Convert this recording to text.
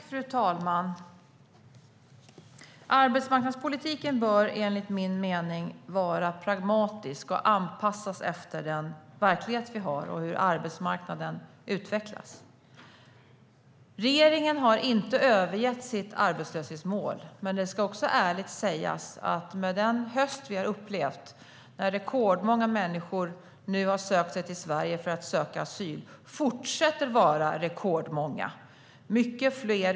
Fru talman! Arbetsmarknadspolitiken bör enligt min mening vara pragmatisk och anpassas efter verkligheten och hur arbetsmarknaden utvecklas. Regeringen har inte övergett sitt arbetslöshetsmål. Men det ska ärligt sägas att vi denna höst har upplevt att rekordmånga människor har sökt sig till Sverige för att söka asyl och att det fortsätter att vara rekordmånga.